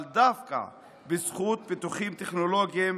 אבל דווקא בזכות פיתוחים טכנולוגיים